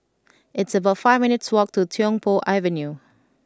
It's about five minutes' walk to Tiong Poh Avenue